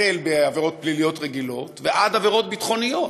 החל בעבירות פליליות רגילות וכלה בעבירות ביטחוניות.